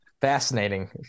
Fascinating